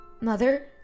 Mother